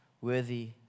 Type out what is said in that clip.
worthy